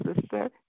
sister